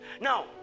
Now